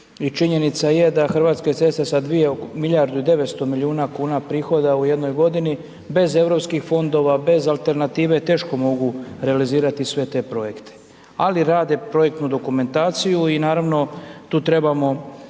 činjenica je da HS sa 2, milijardu i 900 milijuna kuna prihoda u jednoj godini, bez EU fondova, bez alternative teško mogu realizirati sve te projekte. Ali rade projektnu dokumentaciju i naravno tu trebamo